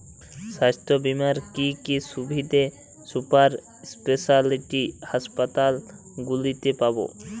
স্বাস্থ্য বীমার কি কি সুবিধে সুপার স্পেশালিটি হাসপাতালগুলিতে পাব?